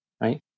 Right